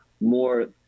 more